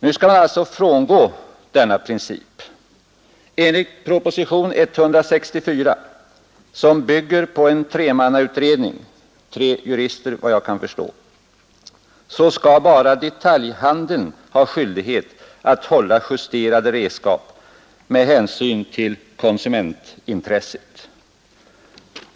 Nu skall man alltså frångå denna princip. Enligt proposition 164, som bygger på en tremannautredning — tre jurister, vad jag kan förstå — skall bara detaljhandeln ha skyldighet att hålla justerade redskap med hänsyn till konsumentintresset.